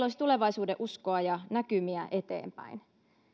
olisi tulevaisuudenuskoa ja näkymiä eteenpäin